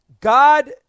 God